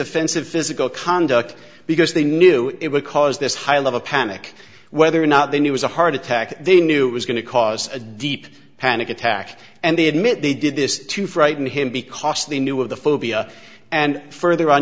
offensive physical conduct because they knew it would cause this high level panic whether or not they knew was a heart attack they knew it was going to cause a deep panic attack and they admit they did this to frighten him because they knew of the phobia and further on